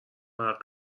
االهی